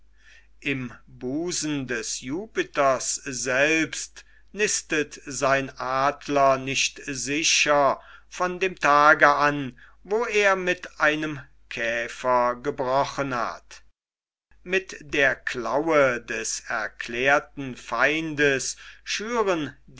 im busen des jupiters selbst nistet sein adler nicht sicher von dem tage an wo er mit einem käfer gebrochen hat mit der klaue des erklärten feindes schüren